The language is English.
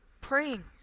praying